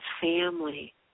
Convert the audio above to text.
family